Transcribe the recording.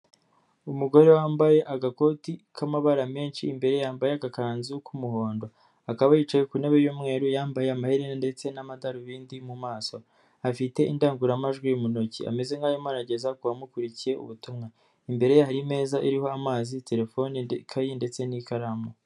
Umugore wambaye agakoti k'amabara menshi, imbere yambaye agakanzu k'umuhondo. Akaba yicaye ku ntebe y'umweru, yambaye amaherena ndetse n'amadarubindi mu maso. Afite indangururamajwi mu ntoki. Ameze nkaho arimo arageza kubamukurikiye ubutumwa. Imbere hari imeza iriho amazi, telefone, ikayi, ndetse n'ikaramu.